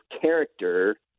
character